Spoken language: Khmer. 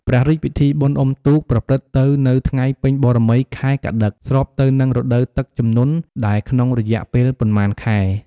ព្រះរាជពិធីបុណ្យអ៊ំុទូក ប្រព្រឹត្ត ទៅនៅថ្ងៃពេញបូណ៌មី ខែកត្តិក ស្របទៅនឹងរដូវទឹកជំនន់ដែលក្នុងរយៈពេលប៉ុន្មានខែ។